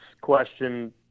question